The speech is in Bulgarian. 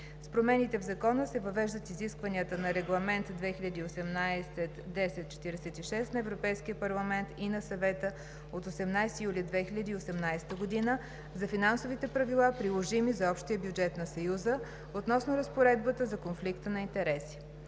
С промените в Закона се въвеждат изискванията на Регламент (ЕС) 2018/1046 на Европейския парламент и на Съвета от 18 юли 2018 г. за финансовите правила, приложими за общия бюджет на Съюза, относно разпоредбата за конфликта на интереси.